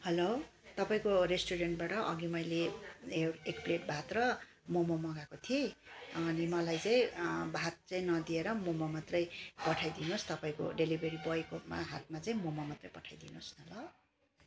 hello तपाईँको रेस्टुरेन्टबाट अघि मैले एउ एक प्लेट भात र मोमो मगाएको थिएँ अनि मलाई चाहिँ भात चाहिँ नदिएर मोमो मात्रै पठाइदिनुहोस् तपाईँको डेलिभरी बोईकोमा हातमा चाहिँ मोमो मात्रै पठाइदिनुहोस् न ल